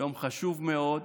יום חשוב מאוד,